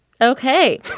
okay